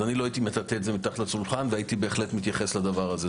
אני לא הייתי מטאטא את זה מתחת לשולחן ומתייחס לדבר הזה.